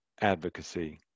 advocacy